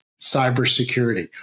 cybersecurity